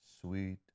sweet